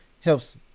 helps